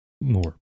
more